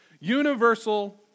Universal